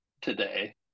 today